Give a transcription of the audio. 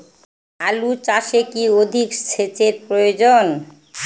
আলু চাষে কি অধিক সেচের প্রয়োজন?